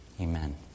Amen